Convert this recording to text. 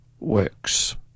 works